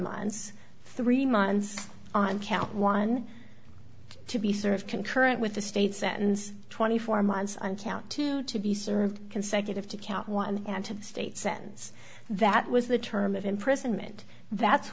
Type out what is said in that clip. months three months on count one to be served concurrent with the state sentence twenty four months on count two to be served consecutive to count one and to state sentence that was the term of imprisonment that's